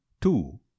Two